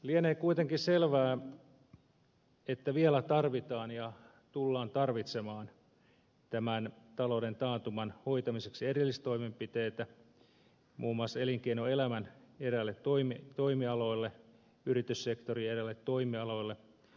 lienee kuitenkin selvää että vielä tarvitaan ja tullaan tarvitsemaan tämän talouden taantuman hoitamiseksi erillistoimenpiteitä muun muassa elinkeinoelämän eräille toimialoille yrityssektorin eräille toimialoille